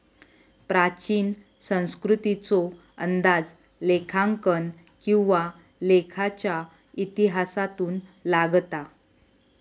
प्राचीन संस्कृतीचो अंदाज लेखांकन किंवा लेखाच्या इतिहासातून लागता